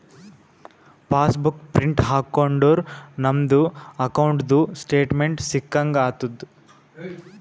pass book print ಹಾಕೊಂಡುರ್ ನಮ್ದು ಅಕೌಂಟ್ದು ಸ್ಟೇಟ್ಮೆಂಟ್ ಸಿಕ್ಕಂಗ್ ಆತುದ್